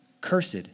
cursed